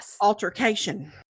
altercation